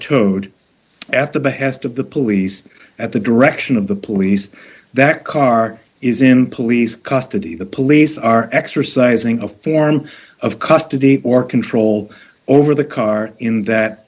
of the police at the direction of the police that car is in police custody the police are exercising a form of custody or control over the car in that